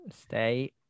Stay